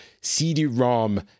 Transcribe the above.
CD-ROM